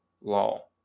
law